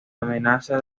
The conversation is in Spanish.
amenaza